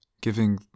Giving